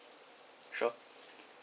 sure